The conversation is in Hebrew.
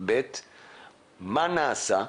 מה נעשה,